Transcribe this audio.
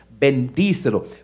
Bendícelo